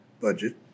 budget